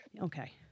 Okay